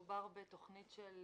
מדובר בתוכנית של